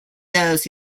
those